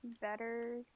better